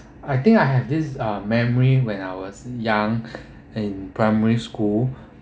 I think I have this ah memory when I was young and primary school